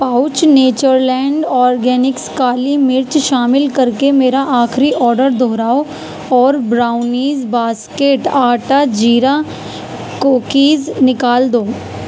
pouch nature land organics کالی مرچ شامل کر کے میرا آخری آڈر دہراؤ اور براؤنیز باسکیٹ آٹا جیرا کوکیز نکال دو